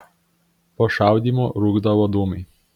po šaudymų rūkdavo dūmai